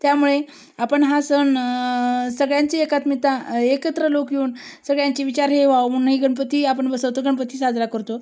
त्यामुळे आपण हा सण सगळ्यांची एकात्मता एकत्र लोक येऊन सगळ्यांचे विचार हे व्हावे म्हणून हे गणपती आपण बसवतो गणपती साजरा करतो